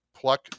pluck